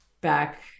back